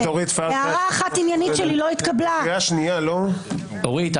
החמצה היסטורית של הזדמנות פז לתקן את הדרוש תיקון במערכת המשפט ובאיזון